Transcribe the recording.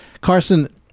Carson